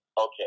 Okay